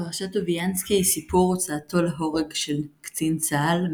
פרשת טוביאנסקי היא סיפור הוצאתו להורג של קצין צה"ל,